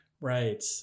Right